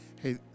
Hey